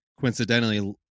coincidentally